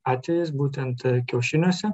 atvejis būtent kiaušiniuose